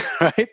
right